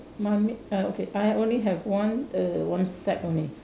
my me uh okay I only have one err one sack only